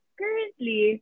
currently